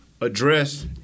address